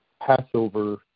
Passover